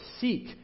seek